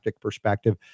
perspective